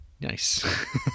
Nice